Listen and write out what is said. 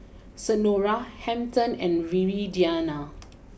Senora Hampton and Viridiana